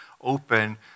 open